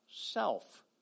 Self